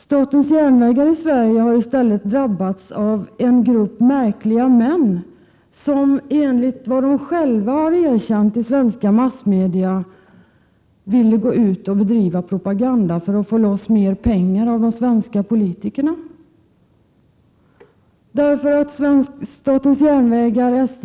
Statens järnvägar i Sverige har i stället drabbats av en grupp märkliga män, som enligt vad de själva har erkänt i svenska massmedia ville gå ut och bedriva propaganda för att få loss mer pengar från de svenska politikerna.